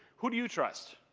who do you trust?